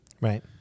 Right